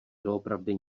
doopravdy